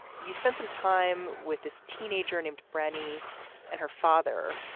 you spent some time with this teenager named brandy and her father,